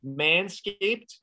Manscaped